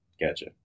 Gotcha